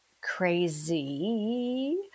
crazy